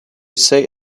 say